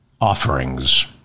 offerings